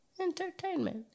Entertainment